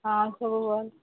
ହଁ ସବୁ ଭଲ୍